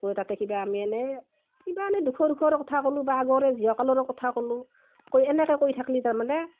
অঁ তাতে কিবা আমি এনেই কিবা এনেই দুখৰ সুখৰে কথা ক'ল্লু বা আগৰে জীয় কালৰো কথা ক'ল্লু কৈ এনেকে কৈ থাকলি তাৰমানে